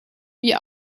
wie